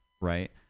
Right